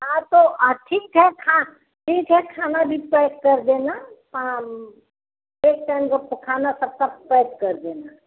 हाँ तो ठीक है खा ठीक है खाना भी पएक कर देना एक टाइम खाना सबका पएक कर देना